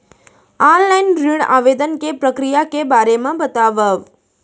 Online ऋण आवेदन के प्रक्रिया के बारे म बतावव?